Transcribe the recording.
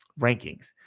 rankings